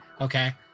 Okay